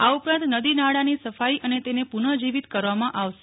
આ ઉપરાંત નદી નાળા ની સફાઇ અને તેને પુનઃજીવિત કરવામાં આવશે